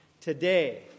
today